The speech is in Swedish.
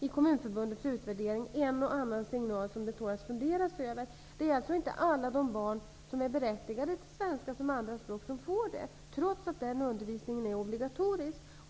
i Kommunförbundets utvärdering en och annan signal som tål att fundera på. Det är alltså inte alla barn som är berättigade till undervisning i svenska som andra språk som får det, trots att den undervisningen är obligatorisk.